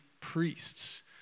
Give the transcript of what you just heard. priests